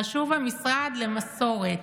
חשוב המשרד למסורת,